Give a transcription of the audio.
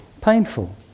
painful